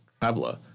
traveler